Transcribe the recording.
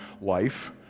life